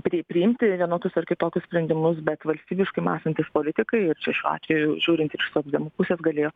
pri priimti vienokius ar kitokius sprendimus bet valstybiškai mąstantys politikai ir čia šiuo atveju žiūrint iš socdemų pusės galėjo